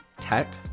tech